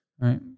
right